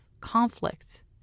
conflict